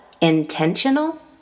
intentional